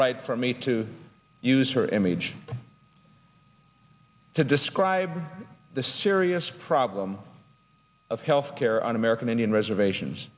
right for me to use her image to describe the serious problem of health care on american indian reservations